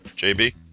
JB